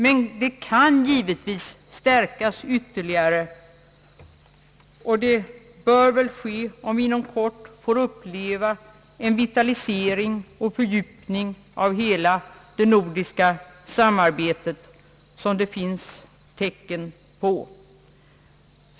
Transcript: Men det kan givetvis stärkas ytterligare om vi inom kort får uppleva en vitalisering och fördjupning av hela det nordiska samarbetet, vilket tydliga tecken tyder på.